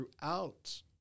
throughout